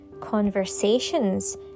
conversations